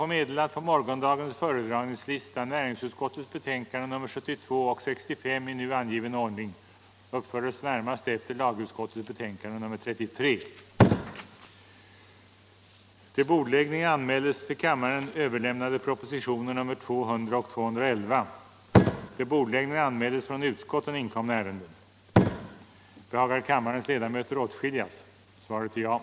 civilbemanning på isbrytare och § 12 Herr andre vice talmannen meddelade att på föredragningslistan — sjömätningsfartyg för morgondagens sammanträde skulle näringsutskottets betänkanden nr 72 och 65 i nu angiven ordning uppföras närmast efter lagutskottets betänkande nr 33.